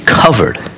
Covered